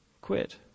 Quit